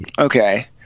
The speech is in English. Okay